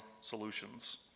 solutions